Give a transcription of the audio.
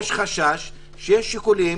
שיוצאת מכאן אזהרה כי יש חשש שיש שיקולים